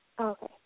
Okay